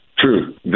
True